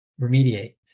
remediate